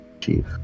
Chief